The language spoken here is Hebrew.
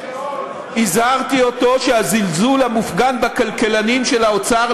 הזהרתי אותו שהזלזול המופגן בכלכלנים של האוצר,